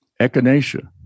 echinacea